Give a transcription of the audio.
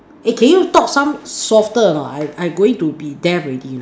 eh can you talk some softer or not I I going to be deaf already